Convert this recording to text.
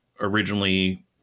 originally